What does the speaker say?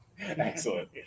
excellent